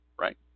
right